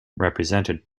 represented